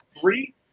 three